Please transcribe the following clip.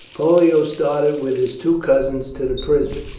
pollio started with his two cousins to the prison,